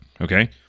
Okay